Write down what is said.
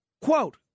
Quote